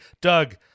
Doug